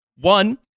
One